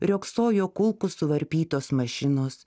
riogsojo kulkų suvarpytos mašinos